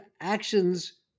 actions